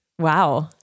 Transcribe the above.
Wow